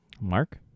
Mark